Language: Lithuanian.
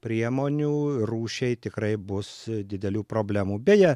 priemonių rūšiai tikrai bus didelių problemų beje